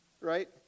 right